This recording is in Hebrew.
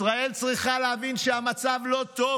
ישראל צריכה להבין שהמצב לא טוב,